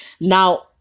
Now